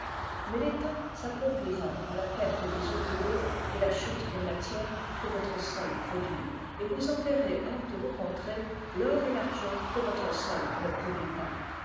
mais l'état s'appauvrira par la perte des ouvriers et la chute des matières que votre sol produit et vous enverrez hors de vos contrées l'or et l'argent que votre sol ne produit pas